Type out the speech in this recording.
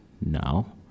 now